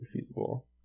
feasible